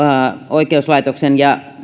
oikeuslaitoksen